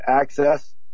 access